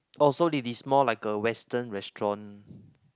oh so it is more like a western restaurant